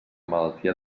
malaltia